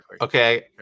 okay